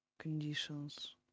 conditions